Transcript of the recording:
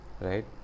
right